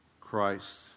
Christ